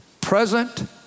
present